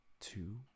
two